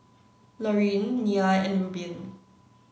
Laurene Nia and Rubin